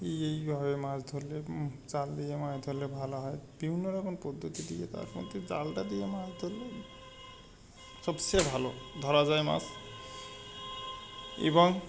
এই এইভাবে মাছ ধরলে জাল দিয়ে মাছ ধরলে ভালো হয় বিভিন্ন রকম পদ্ধতি দিয়ে তার মধ্যে জালটা দিয়ে মাছ ধরলে সবচেয়ে ভালো ধরা যায় মাছ এবং